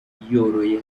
yoroye